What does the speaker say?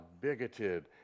bigoted